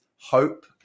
hope